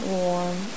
warm